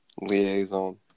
liaison